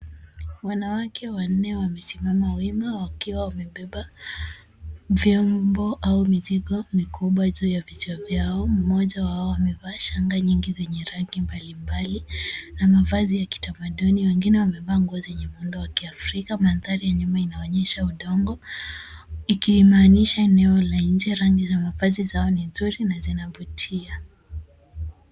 Wanawake wanne wamesimama wima wakiwa wamebeba vyombo au mizigo mikubwa juu ya vichwa vyao, mmoja wao amevaa shanga nyingi zenye rangi mbalimbali na mavazi ya kitamaduni, wengine wamevaa nguo zenye muundo wa kiafrika, mandhari ya nyuma inaonyesha udongo, ikimaanisha eneo la nje rangi za mabati zao ni nzuri na zinavutia.